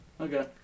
Okay